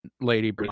lady